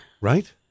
Right